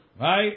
Right